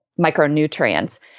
micronutrients